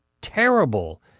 terrible